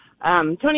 Tony